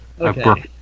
Okay